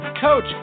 coach